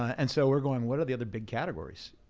and so, we're going what are the other big categories,